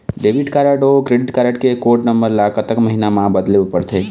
Debit card अऊ credit card के code number ला कतक महीना मा बदले पड़थे?